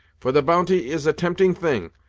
for the bounty is a tempting thing,